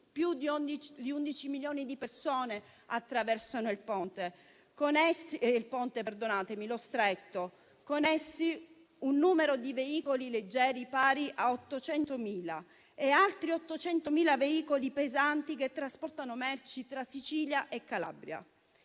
Più di 11 milioni di persone attraversano lo Stretto ogni anno e con esse un numero di veicoli leggeri pari a 800.000 e altri 800.000 veicoli pesanti che trasportano merci tra Sicilia e Calabria.